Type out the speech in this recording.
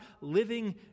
living